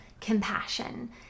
compassion